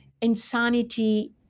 insanity